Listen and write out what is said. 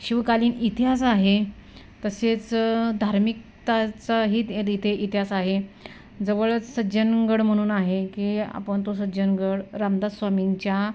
शिवकालीन इतिहास आहे तसेच धार्मिकतेचाही इथे इतिहास आहे जवळच सज्जनगड म्हणून आहे की आपण तो सज्जनगड रामदास स्वामींच्या